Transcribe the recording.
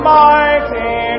mighty